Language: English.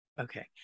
Okay